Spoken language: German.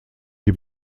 die